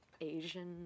Asian